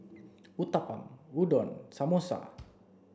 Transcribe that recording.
Uthapam Udon and Samosa